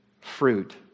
fruit